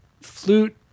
Flute